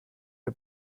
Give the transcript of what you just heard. der